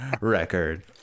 record